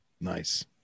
Nice